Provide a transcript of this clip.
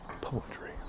poetry